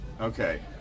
Okay